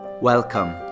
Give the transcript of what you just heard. Welcome